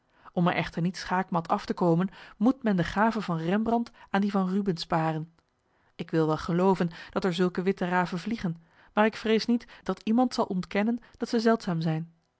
om er echter niet schaakmat af te komen moet men de gave van rembrandt aan die van rubbens paren ik wil wel gelooven dat er zulke witte raven vliegen maar ik vrees niet dat iemand zal ontkennen dat zij zeldzaam zijn